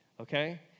okay